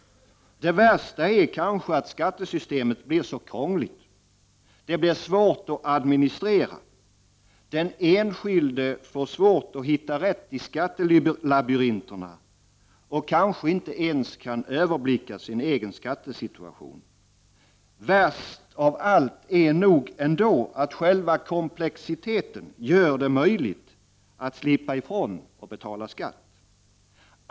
Det värsta är kanske, att skattesystemet blir så krångligt. Det blir svårt att administrera. Den enskilde får svårt att hitta rätt i skattelabyrinterna och kan kanske inte ens överblicka sin egen skattesituation. Värst av allt är nog ändå att själva komplexiteten gör det möjligt att slippa ifrån att betala skatt.